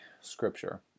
scripture